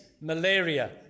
malaria